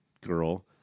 girl